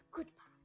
Goodbye